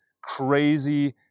crazy